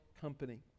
Company